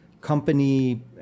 company